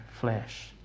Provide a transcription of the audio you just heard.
flesh